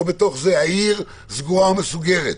העיר סגורה מסוגרת.